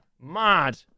Mad